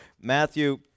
matthew